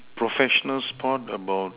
professional sport about